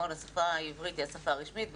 השפה העברית היא השפה הרשמית,